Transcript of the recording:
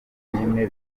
n’imwe